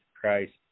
Christ